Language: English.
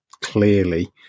clearly